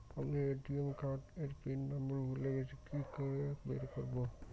আমি ATM card এর PIN number ভুলে গেছি কি করে বের করব?